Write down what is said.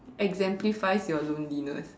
exemplifies your loneliness